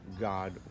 God